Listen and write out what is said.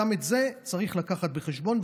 גם את זה צריך לקחת בחשבון,